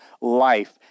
life